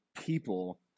people